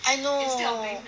I know